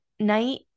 Night